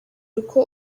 uko